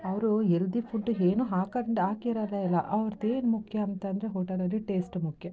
ಅವರು ಎಲ್ದಿ ಫುಡ್ ಏನು ಹಾಕೊಂಡು ಹಾಕಿರೋದೆ ಇಲ್ಲ ಅವ್ರ್ದೇನು ಮುಖ್ಯ ಅಂತ ಅಂದ್ರೆ ಹೋಟೆಲಲಿ ಟೇಸ್ಟ್ ಮುಖ್ಯ